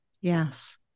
yes